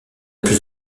plus